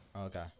Okay